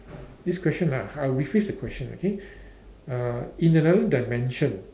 this question ah I will rephrase the question okay uh in another dimension